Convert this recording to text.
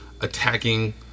attacking